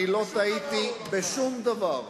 אני לא טעיתי בשום דבר.